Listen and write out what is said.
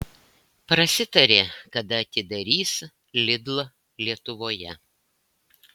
prasitarė kada atidarys lidl lietuvoje